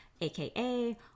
aka